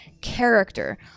Character